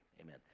Amen